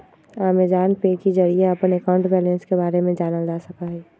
Amazon Pay के जरिए अपन अकाउंट बैलेंस के बारे में जानल जा सका हई